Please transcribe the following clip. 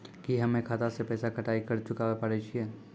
की हम्मय खाता से पैसा कटाई के कर्ज चुकाबै पारे छियै?